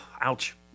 ouch